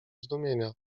zdumienia